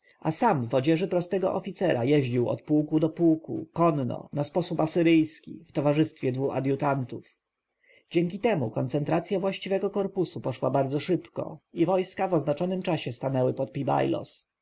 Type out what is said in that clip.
sam w odzieży prostego oficera jeździł od pułku do pułku konno na sposób asyryjski w towarzystwie dwu adjutantów dzięki temu koncentracja właściwego korpusu poszła bardzo szybko i wojska w oznaczonym czasie stanęły pod